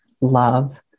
love